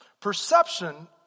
perception